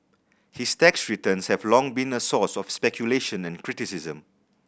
his tax returns have long been a source of speculation and criticism